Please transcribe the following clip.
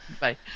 Bye